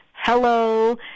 hello